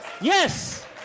Yes